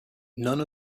none